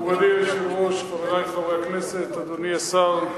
מכובדי היושב-ראש, חברי חברי הכנסת, אדוני השר,